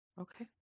Okay